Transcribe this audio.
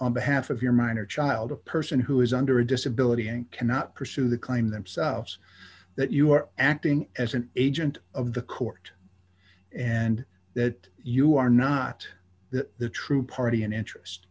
on behalf of your minor child a person who is under a disability and cannot pursue the kind themselves that you are acting as an agent of the court and that you are not the true party in interest